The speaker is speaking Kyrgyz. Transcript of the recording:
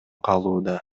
калууда